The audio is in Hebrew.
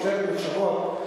משטרת מחשבות,